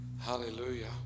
Hallelujah